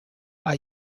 are